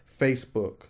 facebook